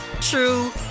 true